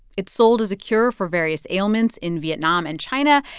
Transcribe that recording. it's sold as a cure for various ailments in vietnam and china,